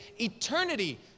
eternity